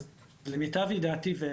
אז למיטה ידיעתי,